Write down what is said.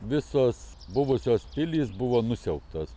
visos buvusios pilys buvo nusiaubtos